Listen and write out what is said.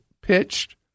pitched